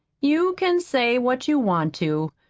you can say what you want to,